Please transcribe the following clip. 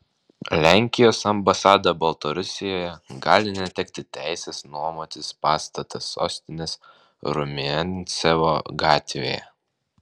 lenkijos ambasada baltarusijoje gali netekti teisės nuomotis pastatą sostinės rumiancevo gatvėje